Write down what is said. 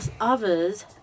others